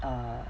err